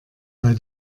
weil